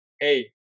Hey